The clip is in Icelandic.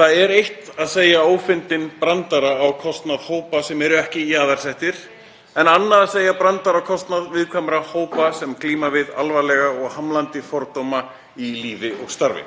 Það er eitt að segja ófyndinn brandara á kostnað hópa sem eru ekki jaðarsettir en annað að segja brandara á kostnað viðkvæmra hópa sem glíma við alvarlega og hamlandi fordóma í lífi og starfi.